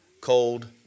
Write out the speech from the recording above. cold